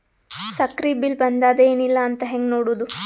ಸಕ್ರಿ ಬಿಲ್ ಬಂದಾದ ಏನ್ ಇಲ್ಲ ಅಂತ ಹೆಂಗ್ ನೋಡುದು?